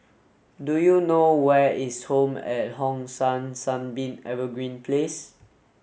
do you know where is Home at Hong San Sunbeam Evergreen Place